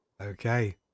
Okay